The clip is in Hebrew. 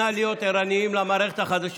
נא להיות ערניים למערכת החדשה.